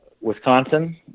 Wisconsin